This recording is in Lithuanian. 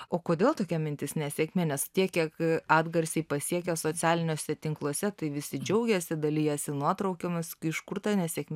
o kodėl tokia mintis nesėkmė nes tiek kiek atgarsiai pasiekia socialiniuose tinkluose tai visi džiaugiasi dalijasi nuotraukomis iš kur ta nesėkmė